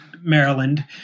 Maryland